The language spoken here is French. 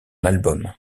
album